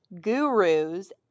gurus